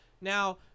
now